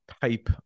type